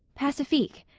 pacifique,